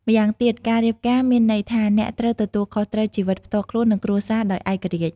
ម្យ៉ាងទៀតការរៀបការមានន័យថាអ្នកត្រូវទទួលខុសត្រូវជីវិតផ្ទាល់ខ្លួន និងគ្រួសារដោយឯករាជ្យ។